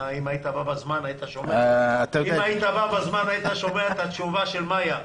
אם היית בא בזמן היית שומע את התשובה של מיה.